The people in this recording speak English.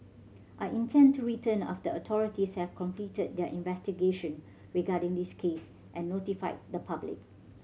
I intend to return after authorities have completed their investigation regarding this case and notified the public